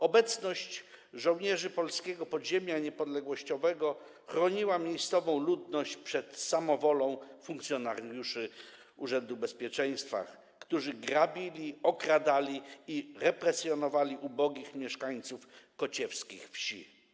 Obecność żołnierzy polskiego podziemia niepodległościowego chroniła miejscową ludność przed samowolą funkcjonariuszy Urzędu Bezpieczeństwa, którzy grabili, okradali i represjonowali ubogich mieszkańców kociewskich wsi.